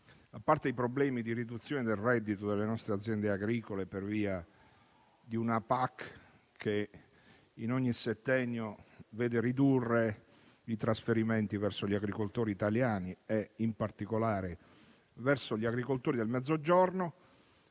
a parte i problemi di riduzione del reddito delle nostre aziende agricole per via di una PAC che in ogni settennio vede ridurre i trasferimenti verso gli agricoltori italiani e, in particolare, verso quelli del Mezzogiorno,